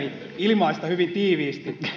ilmaista hyvin tiiviisti